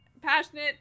passionate